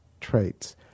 traits